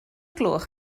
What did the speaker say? gloch